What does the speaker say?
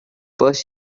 first